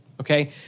Okay